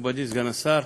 מכובדי סגן השר,